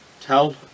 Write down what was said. tell